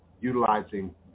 utilizing